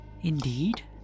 Indeed